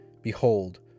Behold